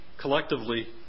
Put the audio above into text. collectively